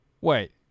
Wait